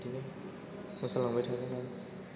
बिदिनो मोसालांबाय थागोन आं